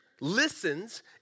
listens